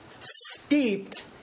steeped